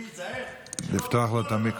צבי, תיזהר שלא תיפול.